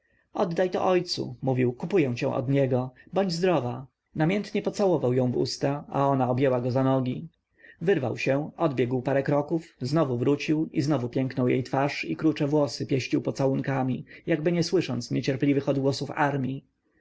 oddaj to ojcu mówił kupuję cię od niego bądź zdrowa namiętnie pocałował ją w usta a ona objęła go za nogi wyrwał się odbiegł parę kroków znowu wrócił i znowu piękną jej twarz i krucze włosy pieścił pocałunkami jakby nie słysząc niecierpliwych odgłosów armji